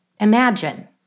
Imagine